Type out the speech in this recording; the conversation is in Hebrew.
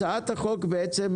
הצעת החוק אומרת: